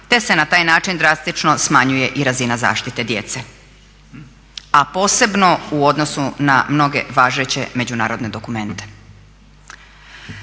te se na taj način drastično smanjuje i razina zaštite djece, a posebno u odnosu na mnoge važeće međunarodne dokumente.